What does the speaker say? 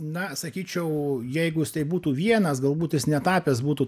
na sakyčiau jeigu jis tai būtų vienas galbūt jis netapęs būtų